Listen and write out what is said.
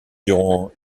durant